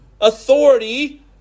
authority